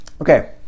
Okay